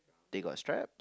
they got stripe